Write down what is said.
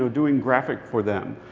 doing graphic for them.